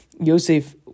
Yosef